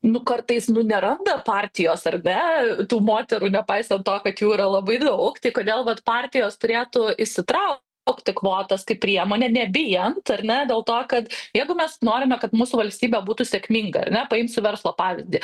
nu kartais nu neranda partijos ar ne tų moterų nepaisant to kad jų yra labai daug tai kodėl vat partijos turėtų įsitraukti kvotas kaip priemonę nebijant ar ne dėl to kad jeigu mes norime kad mūsų valstybė būtų sėkminga ar ne paimsiu verslo pavyzdį